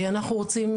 אנחנו רוצים,